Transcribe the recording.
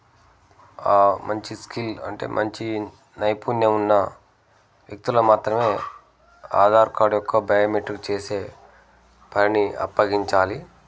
మంచి స్కిల్ అంటే మంచి నైపుణ్యం ఉన్న వ్యక్తుల మాత్రమే ఆధార్ కార్డ్ యొక్క బయోమెట్రిక్ చేసే పని అప్పగించాలి